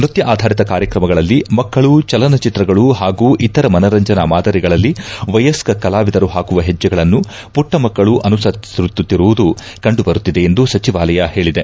ನೃತ್ಯ ಆಧಾರಿತ ಕಾರ್ಯಕ್ರಮಗಳಲ್ಲಿ ಮಕ್ಕಳು ಚಲನಚಿತ್ರಗಳು ಹಾಗೂ ಇತರ ಮನರಂಜನಾ ಮಾದರಿಗಳಲ್ಲಿ ವಯಸ್ಕ ಕಲಾವಿದರು ಹಾಕುವ ಹೆಜ್ಜೆಗಳನ್ನು ಮಟ್ಟ ಮಕ್ಕಳೂ ಆನುಸರಿಸುತ್ತಿರುವುದು ಕಂಡು ಬರುತ್ತಿದೆ ಎಂದು ಸಚಿವಾಲಯ ಹೇಳಿದೆ